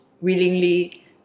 willingly